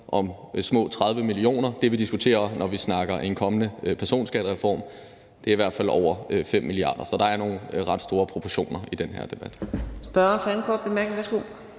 om små 30 mio. kr. Det, vi diskuterer, når vi snakker en kommende personskattereform, er i hvert fald over 5 mia. kr. Så der er nogle ret store proportioner i den her debat.